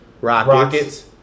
Rockets